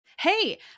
Hey